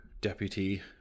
deputy